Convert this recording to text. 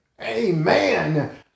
Amen